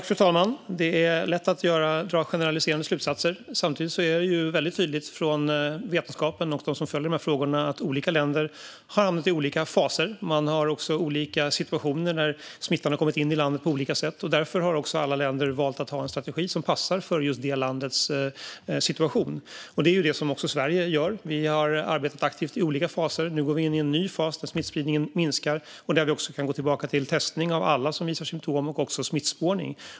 Fru talman! Det är lätt att dra generaliserande slutsatser. Samtidigt är det väldigt tydligt för vetenskapen och för dem som följer de här frågorna att olika länder har hamnat i olika faser. Man har också olika situationer när smittan har kommit in i landet på olika sätt. Därför har också alla länder valt att ha en strategi som passar för just det landets situation. Det är det som också Sverige gör. Vi har arbetat aktivt i olika faser. Nu går vi in i en ny fas där smittspridningen minskar och där vi också kan gå tillbaka till testning av alla som visar symtom och även smittspårning.